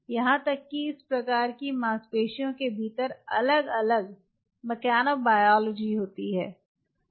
यहां तक कि इस प्रकार की मांसपेशियों के भीतर अलग अलग मकैनोबायोलॉजी होती है